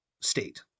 state